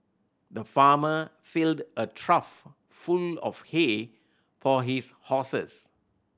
the farmer filled a trough full of hay for his horses